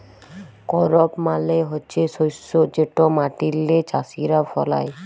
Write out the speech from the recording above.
করপ মালে হছে শস্য যেট মাটিল্লে চাষীরা ফলায়